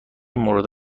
مورد